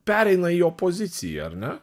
pereina į opoziciją ar ne